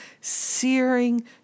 searing